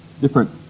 different